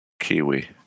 Kiwi